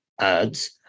ads